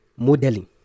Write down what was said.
modeling